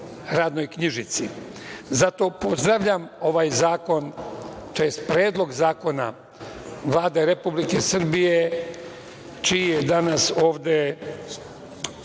radnoj knjižici? Zato pozdravljam ovaj zakon tj. Predlog zakona Vlade Republike Srbije, koji danas